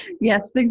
Yes